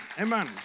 amen